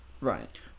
Right